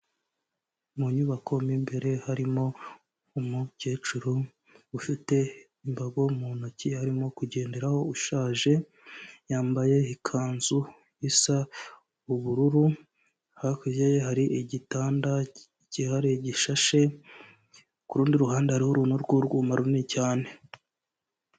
Mu nyubako mo imbere harimo umukecuru ufite imbago mu ntoki arimo kugenderaho ushaje, yambaye ikanzu isa ubururu, hakurya ye hari igitanda kihariye gishashe, kurundi ruhande hariho uruntu rw'urwuma runini cyane.